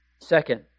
Second